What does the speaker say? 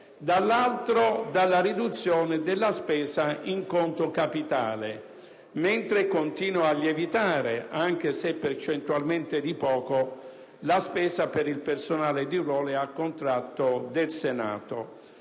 dall'altro, dalla riduzione della spesa in conto capitale, mentre continua a lievitare, anche se percentualmente di poco, la spesa per il personale di ruolo e a contratto del Senato,